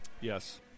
Yes